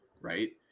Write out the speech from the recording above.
Right